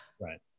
Right